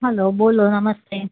hello બોલો નમસ્તે